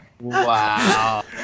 Wow